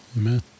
Amen